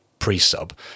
pre-sub